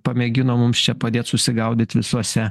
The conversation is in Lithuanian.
pamėgino mums čia padėt susigaudyt visose